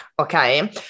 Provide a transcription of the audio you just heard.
okay